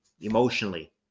Emotionally